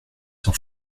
sont